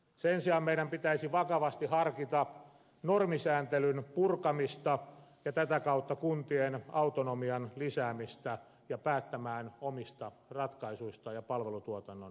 sen sijaan meidän pitäisi vakavasti harkita normisääntelyn purkamista ja tätä kautta kuntien autonomian lisäämistä autonomiaa päättämään omista ratkaisuista ja palvelutuotannon järjestämisestä